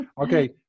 Okay